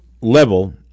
level